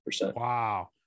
Wow